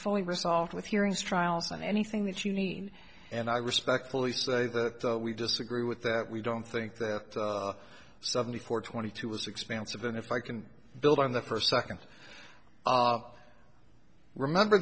fully resolved with hearings trials and anything that you need and i respectfully say that we disagree with that we don't think that seventy four twenty two was expansive and if i can build on that per second op remember